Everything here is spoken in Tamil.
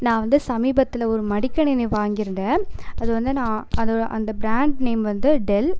நான் வந்து சமீபத்தில் ஒரு மடிக்கணினி வாங்கியிருந்தேன் அது வந்து நான் அது அந்த ப்ராண்ட் நேம் வந்து டெல்